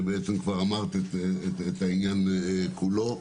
כבר אמרת את העניין כולו.